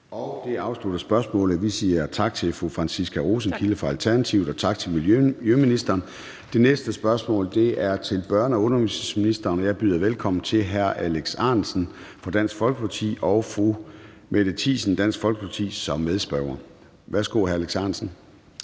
Det afslutter spørgsmålet. Vi siger tak til fru Franciska Rosenkilde fra Alternativet, og tak til miljøministeren. Det næste spørgsmål er til børne- og undervisningsministeren, og jeg byder velkommen til hr. Alex Ahrendtsen fra Dansk Folkeparti og til fru Mette Thiesen fra Dansk Folkeparti som medspørger. Kl. 13:50 Spm. nr.